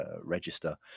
register